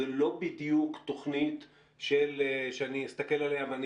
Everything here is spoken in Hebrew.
זה לא בדיוק תוכנית שאני אסתכל עליה ואני